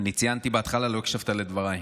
אני ציינתי בהתחלה, לא הקשבת לדבריי.